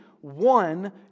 one